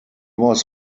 was